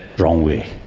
wrong way.